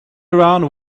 around